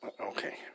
okay